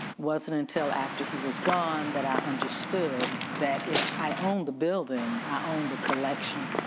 wasn't until after he was gone that i understood that if i owned the building, i owned the collection